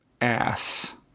ass